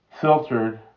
filtered